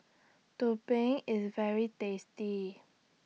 Tumpeng IS very tasty